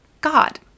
God